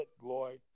boy